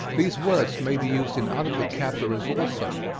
these words may be used in other vocabularies also,